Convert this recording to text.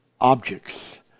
objects